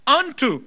unto